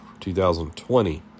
2020